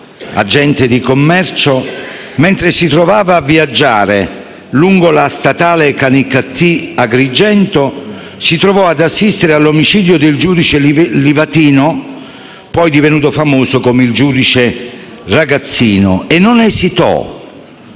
agente di commercio, mentre si trovava a viaggiare lungo la statale Canicattì-Agrigento si trovò ad assistere all'omicidio del giudice Livatino (poi divenuto famoso come il giudice ragazzino) e non esitò,